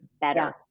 better